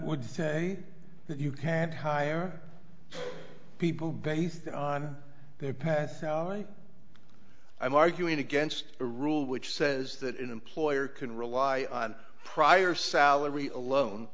that would say that you can't hire people based on their past so i'm arguing against a rule which says that an employer can rely on prior salary alone